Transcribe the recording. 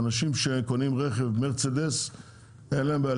לאנשים שקונים רכב מרצדס אין להם בעיה